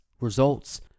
results